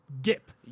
dip